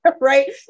right